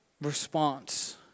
response